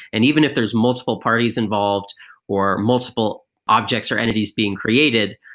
and even if there's multiple parties involved or multiple objects or entities being created,